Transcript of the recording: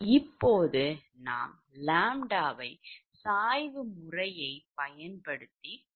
இப்போது நாம் ʎவை சாய்வு முறையைப் பயன்படுத்தி கண்டுபிடிக்க முயற்சிக்கிறோம்